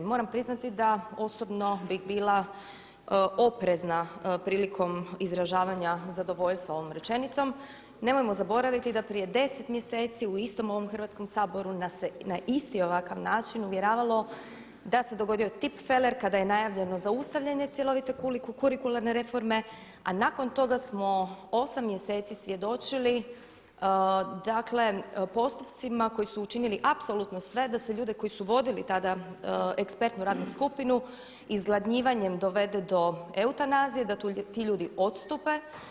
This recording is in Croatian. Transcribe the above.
Moram priznati da osobno bih bila oprezna prilikom izražavanja zadovoljstva ovom rečenicom, nemojmo zaboraviti da prije 10 mjeseci u istom ovom Hrvatskom saboru nas se na isti ovakav način uvjeravalo da se dogodio tipfeler kada je najavljeno zaustavljanje cjelovite kurikularne reforme a nakon toga smo 8 mjeseci svjedočili dakle postupcima koji su učinili apsolutno sve da se ljude koji su vodili tada ekspertnu radnu skupinu izgladnjivanjem dovede do eutanazije, da ti ljudi odstupe.